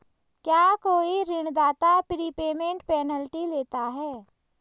क्या कोई ऋणदाता प्रीपेमेंट पेनल्टी लेता है?